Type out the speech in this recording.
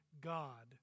God